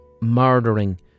murdering